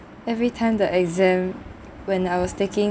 every time the exam when I was taking